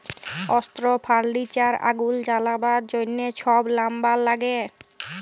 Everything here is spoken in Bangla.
অস্ত্র, ফার্লিচার, আগুল জ্বালাবার জ্যনহ ছব লাম্বার ল্যাগে